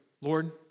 Lord